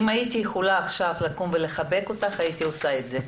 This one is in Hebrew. אם הייתי יכולה עכשיו לקום ולחבק אותך הייתי עושה את זה.